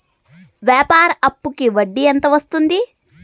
వ్యాపార అప్పుకి వడ్డీ ఎంత వస్తుంది?